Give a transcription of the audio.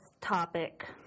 topic